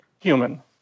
human